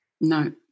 No